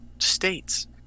states